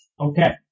Okay